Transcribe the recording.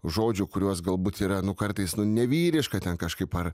žodžių kuriuos galbūt yra nu kartais nevyriška ten kažkaip ar